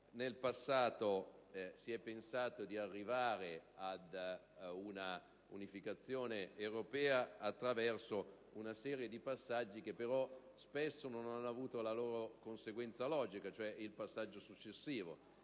Nel passato, si è pensato di arrivare a un'unificazione europea attraverso una serie di passaggi, che però spesso non hanno avuto una loro conseguenza logica, cioè un passaggio successivo.